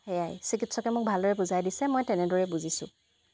সেয়াই চিকিৎসকে মোক ভালদৰে বুজাই দিছে মই তেনেদৰেই বুজিছোঁ